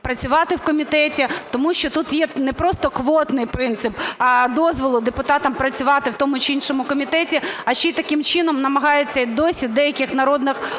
працювати в комітеті. Тому що тут є не просто квотний принцип дозволу депутатам працювати в тому чи іншому комітеті, а ще й таким чином намагаються і досі народних обранців